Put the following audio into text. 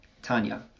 Tanya